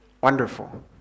Wonderful